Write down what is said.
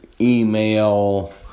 email